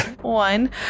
one